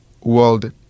world